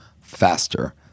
faster